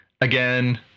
again